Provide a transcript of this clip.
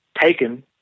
taken